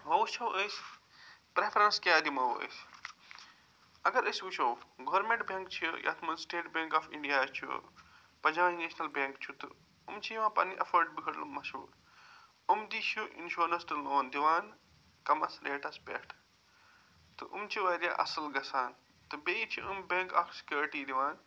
وۅنۍ وُچھو أسۍ پرٛیفرٮ۪نٕس کیٛاہ دِمو أسۍ اگر أسۍ وُچھو گورمِنٛٹ بینٛک چھِ یَتھ منٛز سِٹیٹ بینٛک آف اِنٛڈِیا چھُ پنجاب نیشنل بینٛک چھُ تہٕ یِم چھِ یِوان پنٕنہِ ایٚفٲرڈ مشہوٗر یِم تہِ چھِ اِنشورنس تہٕ لون دِوان کَمس ریٚٹس پٮ۪ٹھ تہٕ یِم چھِ وارِیاہ اصٕل گَژھان تہٕ بیٚیہِ چھِ یِم بینٛک اَکھ سِکیٛورٹی دِوان